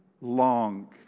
long